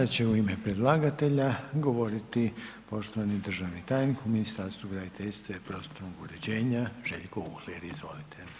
Sad će u ime predlagatelja govoriti poštovani državni tajnik u Ministarstvu graditeljstva i prostornog uređenja Željko Uhlir, izvolite.